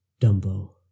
Dumbo